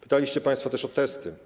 Pytaliście państwo też o testy.